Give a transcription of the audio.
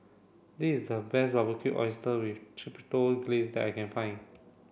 this is the best Barbecued Oyster with Chipotle Glaze that I can find